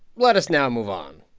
let us now move on.